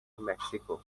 mexico